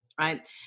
right